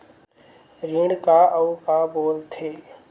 ऋण का अउ का बोल थे?